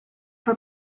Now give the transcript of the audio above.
for